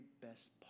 best